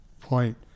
point